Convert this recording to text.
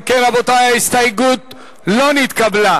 אם כן, רבותי, ההסתייגות לא נתקבלה.